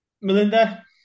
Melinda